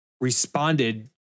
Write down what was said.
responded